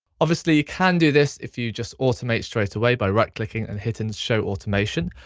obviously, you can do this if you just automate straight away, by right-clicking and hitting show automation,